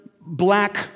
black